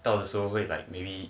到的时候会 like maybe